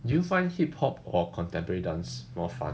do you find hip hop or contemporary dance more fun